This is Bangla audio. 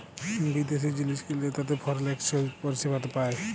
বিদ্যাশি জিলিস কিললে তাতে ফরেল একসচ্যানেজ পরিসেবাতে পায়